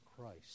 Christ